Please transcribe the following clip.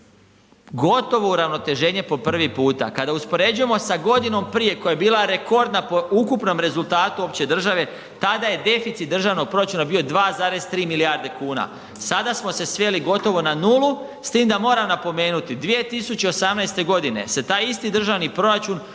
Gotovo uravnoteženje po prvi puta. Kada uspoređujemo sa godinom prije koja je bila rekordna po ukupnom rezultatu uopće države, tada je deficit državnog proračuna bio 2,3 milijarde kuna. Sada smo se sveli gotovo na 0, s tim da moram napomenuti, 2018. g. se ta isti državni proračun